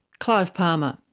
clive palmer.